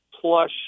plush